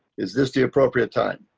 is this the appropriate time.